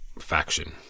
faction